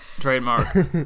trademark